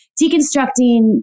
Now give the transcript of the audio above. deconstructing